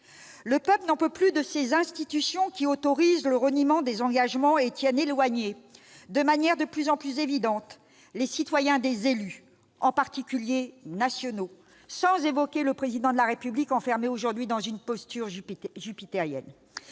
Le peuple n'en peut plus de ces institutions qui autorisent le reniement des engagements et tiennent éloignés de manière de plus en plus évidente les citoyens des élus, en particulier nationaux, sans évoquer le Président de la République, enfermé aujourd'hui dans une posture jupitérienne.